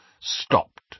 stopped